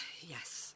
Yes